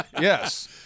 Yes